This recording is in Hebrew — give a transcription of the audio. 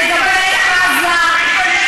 תתביישי לך,